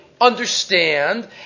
understand